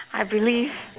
I believe